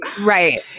right